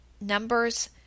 Numbers